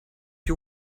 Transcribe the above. you